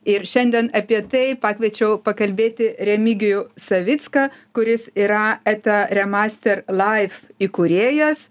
ir šiandien apie tai pakviečiau pakalbėti remigijų savicką kuris yra eta remaster laif įkūrėjas